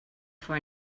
for